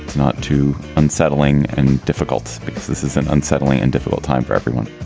not too unsettling and difficult because this is an unsettling and difficult time for everyone